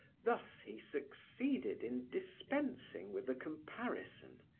thus he succeeded in dispensing with the comparison,